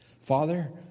Father